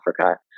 Africa